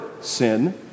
sin